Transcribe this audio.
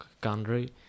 country